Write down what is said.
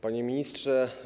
Panie Ministrze!